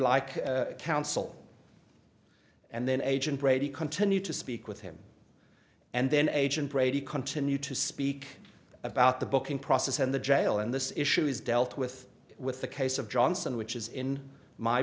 like counsel and then agent brady continued to speak with him and then agent brady continue to speak about the booking process and the jail and this issue is dealt with with the case of johnson which is in my